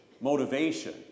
motivation